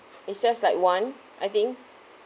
it's just like one I think